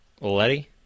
letty